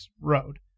road